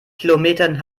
kilometern